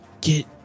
Get